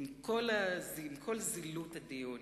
עם כל זילות הדיון.